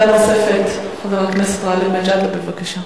עמדה נוספת, חבר הכנסת גאלב מג'אדלה, בבקשה.